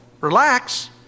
Relax